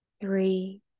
three